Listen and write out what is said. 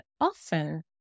often